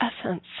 essence